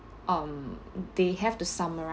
um they have to summarize